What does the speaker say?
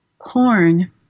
Porn